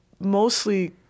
mostly